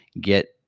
get